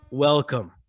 welcome